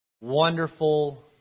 wonderful